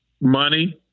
money